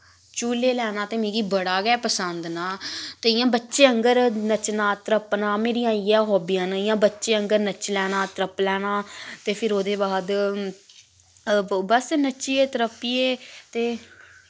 झुल्ले लैना ते मिकी बड़ा गै पसंद ना ते इ'यां बच्चे आंह्गर नच्चना त्रप्पना मेरियां इ'यै हाबियां न इ'यां बच्चें आंह्गर नच्ची लैना त्रप्पी लैना ते फिर ओह्दे बाद बस नच्चियै त्रप्पियै ते